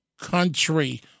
country